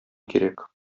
кирәк